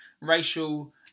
racial